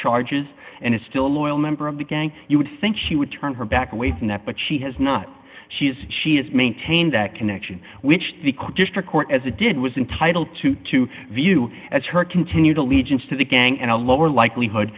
charges and is still a loyal member of the gang you would think she would turn her back away from that but she has not she has she has maintained that connection which the court district court as a did was entitled to to view as her continued allegiance to the gang and a lower likelihood